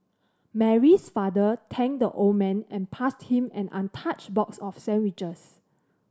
Mary's father thanked the old man and passed him an untouched box of sandwiches